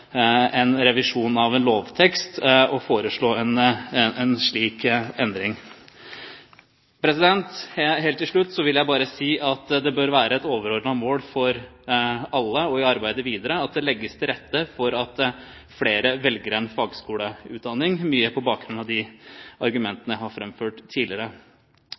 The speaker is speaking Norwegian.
en revisjon av en lovtekst å foreslå en slik endring. Helt til slutt vil jeg bare si at det bør være et overordnet mål for alle og i arbeidet videre at det legges til rette for at flere velger en fagskoleutdanning, mye på bakgrunn av de argumentene jeg har framført tidligere.